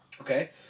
Okay